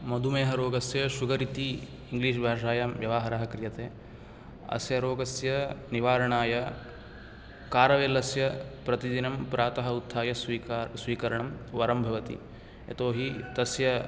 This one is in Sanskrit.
मधुमेहरोगस्य शुगर् इति ईङ्लिश् भाषायां व्यवहारः क्रियते अस्य रोगस्य निवारणाय कारवेल्लस्य प्रतिदिनं प्रातः उत्थाय स्वीकार् स्वीकरणं वरं भवति यतोहि तस्य